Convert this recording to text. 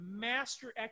master